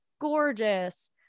gorgeous